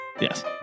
yes